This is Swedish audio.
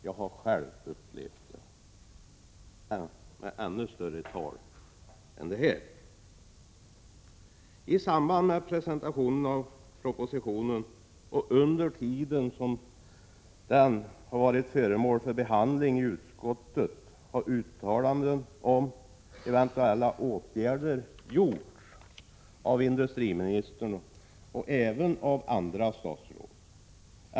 Jag har själv upplevt det. I samband med presentationen av propositionen och under tiden — Prot. 1986/87:104 som denna varit föremål för behandling i utskottet har uttalanden om = 8 april 1987 eventuella åtgärder gjorts av industriministern och även av andra statsråd.